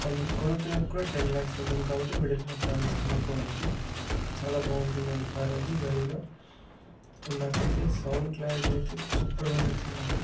and కొనుక్కునేక్కూడా ten lakhs ఉంటుంది కాబట్టి మిడిల్ క్లాస్ ఫ్యామిలీస్ కొనుక్కోవచ్చు చాలా బాగుంటుందండి కారు అది బలినో నాకైతే సౌండ్ క్లారిటీ అయితే సూపర్ గా నచ్చిందండి